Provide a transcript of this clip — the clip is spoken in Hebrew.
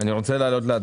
הנושא הראשון על סדר היום